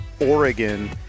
Oregon